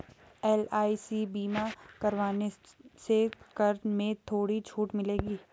LIC बीमा करवाने से कर में थोड़ी छूट मिलेगी